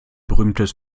berühmtes